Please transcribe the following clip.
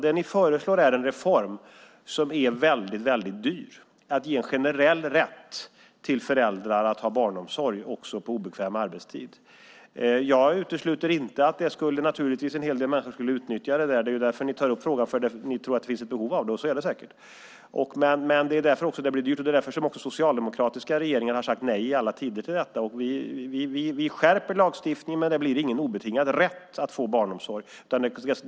Det ni föreslår är en reform som är väldigt dyr, nämligen att ge föräldrar en generell rätt till barnomsorg också på obekväm arbetstid. Jag utesluter inte att en hel del människor skulle utnyttja det. Ni tar ju upp frågan för att ni tror att det finns ett behov av det. Det gör det säkert. Det är därför det blir dyrt, och det är därför socialdemokratiska regeringar i alla tider har sagt nej till detta. Vi skärper lagstiftningen men det blir ingen obetingad rätt till barnomsorg.